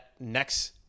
next